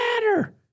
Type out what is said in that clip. matter